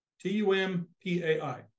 T-U-M-P-A-I